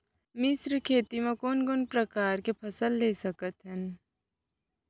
मिश्र खेती मा कोन कोन प्रकार के फसल ले सकत हन?